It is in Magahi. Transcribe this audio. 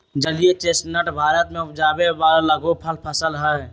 जलीय चेस्टनट भारत में उपजावे वाला लघुफल फसल हई